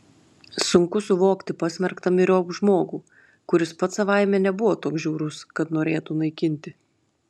sunku suvokti pasmerktą myriop žmogų kuris pats savaime nebuvo toks žiaurus kad norėtų naikinti